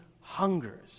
hungers